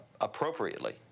appropriately